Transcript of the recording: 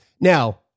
Now